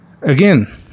again